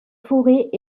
forêts